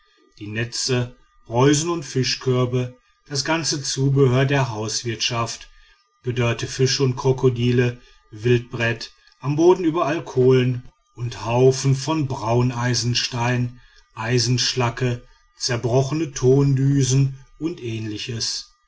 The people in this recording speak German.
die netze reusen und fischkörbe das ganze zubehör der hauswirtschaft gedörrte fische und krokodile wildbret am boden überall kohlen und haufen von brauneisenstein eisenschlacken zerbrochene tondüsen und ähnliches